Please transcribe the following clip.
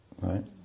right